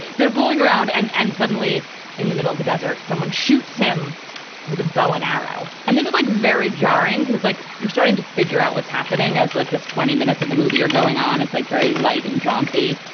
they're fooling around. and and suddenly in the middle of the desert, someone shoots him with a bow and arrow. and this is like very jarring because it's like you're starting to figure out what's happening as like this. twenty minutes of the movie are going on. it's like very light and jaunty.